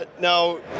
Now